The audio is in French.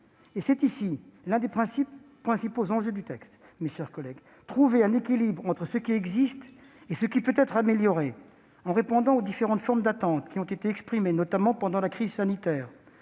C'est l'un des principaux enjeux du texte, mes chers collègues : trouver un équilibre entre ce qui existe et ce qui peut être amélioré, en répondant aux différentes formes d'attente qui ont été exprimées, notamment pendant la crise sanitaire,